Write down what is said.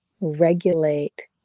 regulate